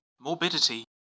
Morbidity